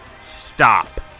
Stop